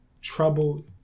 troubled